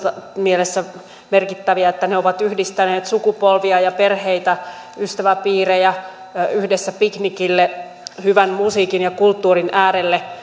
mielessä merkittäviä että ne ovat yhdistäneet sukupolvia ja perheitä ystäväpiirejä yhdessä piknikille hyvän musiikin ja kulttuurin äärelle